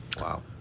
Wow